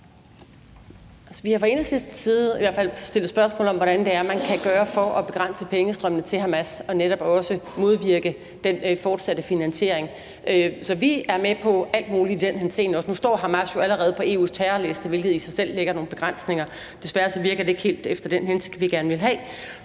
i hvert fald stillet spørgsmål om, hvad man kan gøre for at begrænse pengestrømmene til Hamas og netop også modvirke den fortsatte finansiering. Så vi er med på alt muligt i den henseende. Nu står Hamas jo allerede på EU's terrorliste, hvilket i sig selv lægger nogle begrænsninger. Desværre virker det ikke helt efter den hensigt, vi gerne ville have.